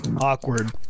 awkward